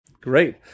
Great